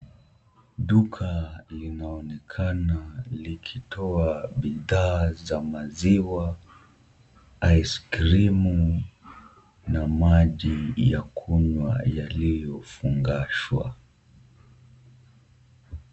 Duka linaonekana likitoa bidhaa za maziwa, ice cream na maji ya kunywa yaliyofungashwa.